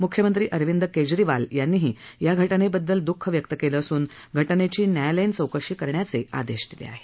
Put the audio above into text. म्ख्यमंत्री अरविंद केजरीवाल यांनीही या घटनेबद्दल द्ःख व्यक्त केलं असून घटनेची न्यायालयीन चौकशी करण्याचे आदेश दिले आहेत